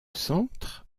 centre